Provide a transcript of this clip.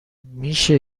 میشه